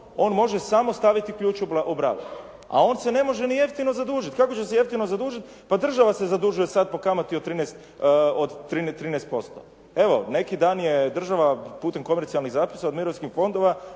On može samo staviti ključ u bravu, a on se ne može ni jeftino zadužiti. Kako će se jeftino zadužiti, pa država se zadužuje sad po kamati od 13%. Evo, neki dan je država putem komercijalnih zapisa od mirovinskih fondova